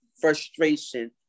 frustration